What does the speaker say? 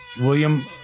William